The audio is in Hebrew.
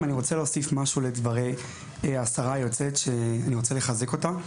אני רוצה להוסיף משהו על דברי השרה היוצאת ולחזק אותם.